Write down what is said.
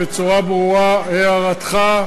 בצורה ברורה: הערתך,